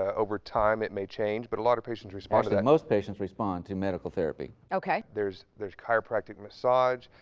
over time, it may change, but a lot of patients respond to that. actually most patients respond to medical therapy. okay. there's there's chiropractic massage.